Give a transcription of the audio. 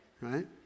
right